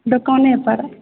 दोकाने पर